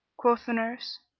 quoth the fox,